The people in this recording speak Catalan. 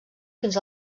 fins